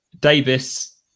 Davis